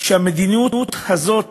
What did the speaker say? שהמדיניות הזאת